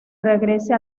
regrese